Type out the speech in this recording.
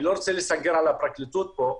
אני לא רוצה לסנגר על הפרקליטות פה.